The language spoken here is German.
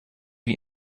wie